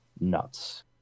nuts